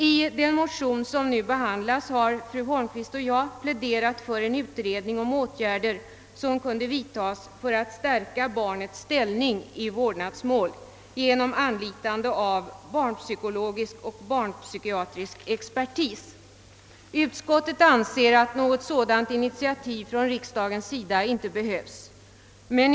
I den motion som nu behandlas har fru Holmqvist och jag pläderat för en utredning om åtgärder som kunde vidtas för att stärka barnets ställning i vårdnadsmål genom anlitande av barnpsykologisk eller barnpsykiatrisk expertis. Utskottet anser att något sådant initiativ från riksdagens sida inte behövs.